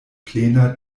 plena